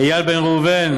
איל בן ראובן,